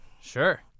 Sure